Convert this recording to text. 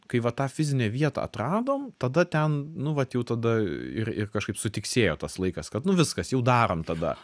kai va tą fizinę vietą atradom tada ten nu vat jau tada ir ir kažkaip sutiksėjo tas laikas kad nu viskas jau darom tada